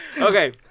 Okay